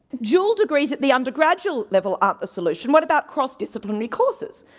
dual degrees at the undergraduate level aren't the solution, what about cross-disciplinary courses?